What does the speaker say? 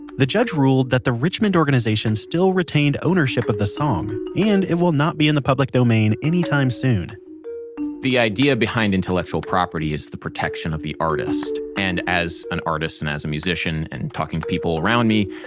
the judge ruled that the richmond organization still retained ownership of the song, and it will not be in the public domain anytime soon the idea behind intellectual property is the protection of the artist, and as an artist and as a musician and talking to people around me,